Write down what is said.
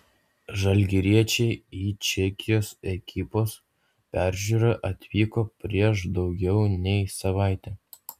žalgiriečiai į čekijos ekipos peržiūrą atvyko prieš daugiau nei savaitę